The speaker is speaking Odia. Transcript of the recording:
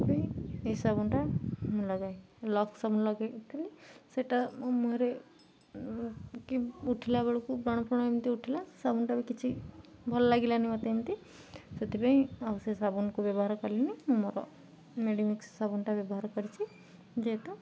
ସେଥିପାଇଁ ଏଇ ସାବୁନଟା ମୁଁ ଲଗାଏ ଲକ୍ସ ସାବୁନ ଲଗେଇଥିଲି ସେଟା ମୋ ମୁହଁରେ କି ଉଠିଲା ବେଳକୁ ବ୍ରଣ ଫଣ ଏମିତି ଉଠିଲା ସାବୁନଟା ବି କିଛି ଭଲ ଲାଗିଲାନି ମତେ ଏମିତି ସେଥିପାଇଁ ଆଉ ସେ ସାବୁନକୁ ବ୍ୟବହାର କଲିନି ମୁଁ ମୋର ମେଡ଼ିମିକ୍ସ ସାବୁନଟା ବେବହାର କରିଛି ଯେହେତୁ